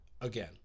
again